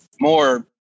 more